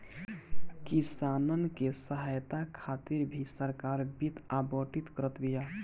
किसानन के सहायता खातिर भी सरकार वित्त आवंटित करत बिया